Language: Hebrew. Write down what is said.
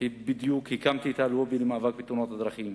בדיוק הקמתי את הלובי למאבק בתאונות הדרכים,